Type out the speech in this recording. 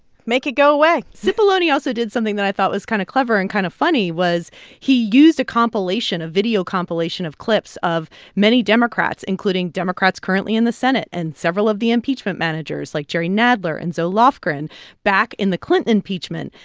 make it go away cipollone also did something that i thought was kind of clever and kind of funny was he used a compilation a video compilation of clips of many democrats, including democrats currently in the senate and several of the impeachment managers, like jerry nadler and zoe so lofgren back in the clinton impeachment,